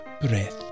breath